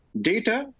Data